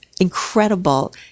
incredible